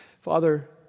Father